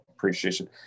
appreciation